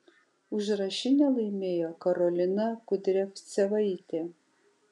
užrašinę laimėjo karolina kudriavcevaitė